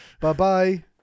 Bye-bye